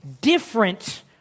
different